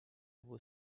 were